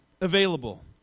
available